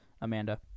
Amanda